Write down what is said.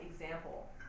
example